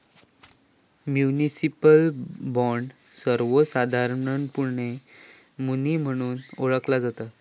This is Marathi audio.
म्युनिसिपल बॉण्ड, सर्वोसधारणपणे मुनी म्हणून ओळखला जाता